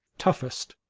toughest,